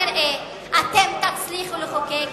ככל הנראה אתם תצליחו לחוקק,